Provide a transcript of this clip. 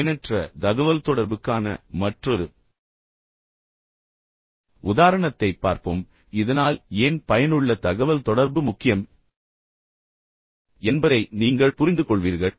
இப்போது பயனற்ற தகவல்தொடர்புக்கான மற்றொரு உதாரணத்தைப் பார்ப்போம் இதனால் ஏன் பயனுள்ள தகவல் தொடர்பு முக்கியம் என்பதை நீங்கள் புரிந்துகொள்வீர்கள்